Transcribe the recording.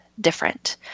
different